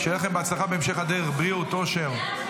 שיהיה לכם בהצלחה בהמשך הדרך, בריאות, אושר.